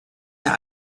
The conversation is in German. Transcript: der